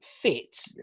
fit